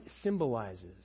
symbolizes